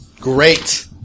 great